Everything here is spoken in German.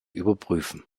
überprüfen